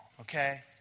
okay